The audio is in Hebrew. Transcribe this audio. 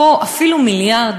פה אפילו על מיליארד,